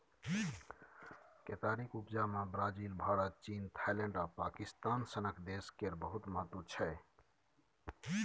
केतारीक उपजा मे ब्राजील, भारत, चीन, थाइलैंड आ पाकिस्तान सनक देश केर बहुत महत्व छै